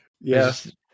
yes